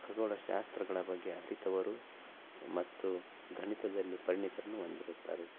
ಖಗೋಳ ಶಾಸ್ತ್ರಗಳ ಬಗ್ಗೆ ಅರಿತವರು ಮತ್ತು ಗಣಿತದಲ್ಲಿ ಪರಿಣಿತರನ್ನು ಹೊಂದಿರುತ್ತಾರೆ